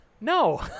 No